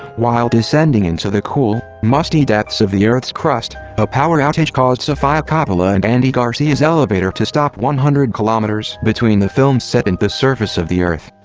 while descending into the cool, musty depths of the earth's crust, a power outage caused sofia coppola and andy garcia's elevator to stop one hundred kilometers between the film set and the surface of the earth.